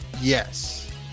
Yes